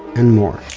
and more